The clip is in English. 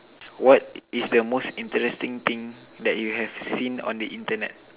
what is the most interesting thing that you have seen on the Internet